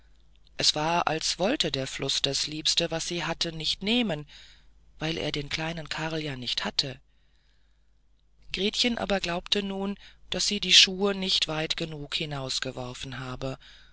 es war als wollte der fluß das liebste was sie hatte nicht nehmen weil er den kleinen karl ja nicht hatte gretchen aber glaubte nun daß sie die schuhe nicht weit genug hinausgeworfen habe